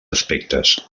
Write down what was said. aspectes